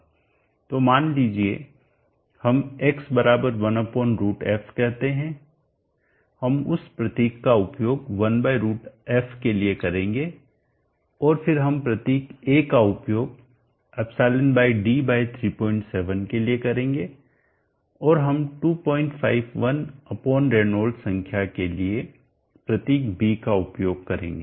तो मान लीजिए हम x 1√f कहते हैं हम उस प्रतीक का उपयोग 1√ f के लिए करेंगे और फिर हम प्रतीक a का उपयोग ∈d37 के लिए करेंगे और हम 251 रेनॉल्ड्स संख्या के लिए प्रतीक b का उपयोग करेंगे